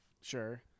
Sure